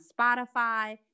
spotify